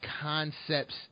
concepts